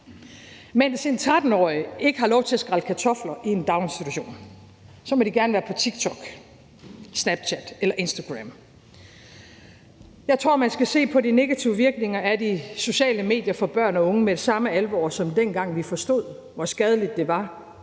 Mens 13-årige ikke har lov til at skrælle kartofler i en daginstitution, må de gerne være på TikTok, Snapchat eller Instagram. Jeg tror, at man skal se på de negative virkninger af de sociale medier på børn og unge, i hvert fald for deres mentale helbred, med samme alvor, som dengang vi forstod, hvor skadeligt det var,